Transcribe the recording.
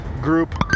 group